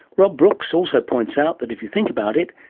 rob brooks also points out that, if you think about it,